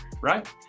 right